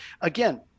again